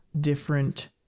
different